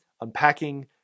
unpacking